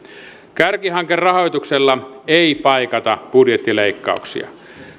kärkihankerahoituksella ei paikata budjettileikkauksia